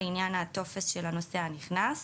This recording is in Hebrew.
לענייו הטופס של הנוסע הנכנס.